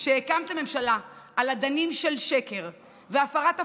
שהקמתם ממשלה על אדנים של שקר והפרת הבטחות,